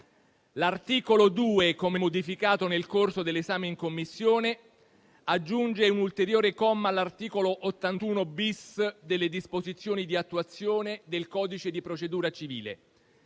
L'articolo 2, come modificato nel corso dell'esame in Commissione, aggiunge un ulteriore comma all'articolo 81-*bis* delle disposizioni di attuazione del codice di procedura civile,